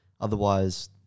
Otherwise